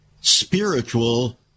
Spiritual